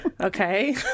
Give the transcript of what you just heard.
Okay